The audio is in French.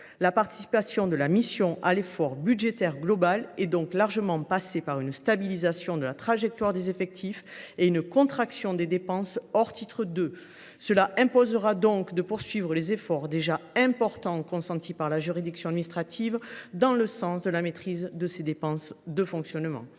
La participation de la mission à l’effort budgétaire global est donc largement passée par une stabilisation de la trajectoire des effectifs et une contraction des dépenses hors titre 2. Les efforts déjà importants consentis par les juridictions administratives pour réduire leurs dépenses de fonctionnement